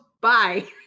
bye